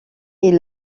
est